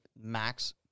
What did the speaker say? max